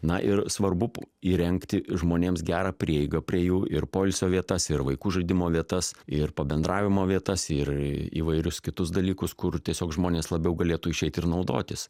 na ir svarbu įrengti žmonėms gerą prieigą prie jų ir poilsio vietas ir vaikų žaidimo vietas ir pabendravimo vietas ir įvairius kitus dalykus kur tiesiog žmonės labiau galėtų išeit ir naudotis